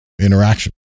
interaction